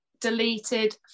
deleted